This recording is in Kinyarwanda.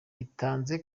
atanze